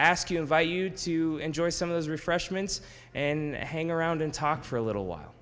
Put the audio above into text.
ask you invite you to enjoy some of those refreshments and hang around and talk for a little while